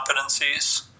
competencies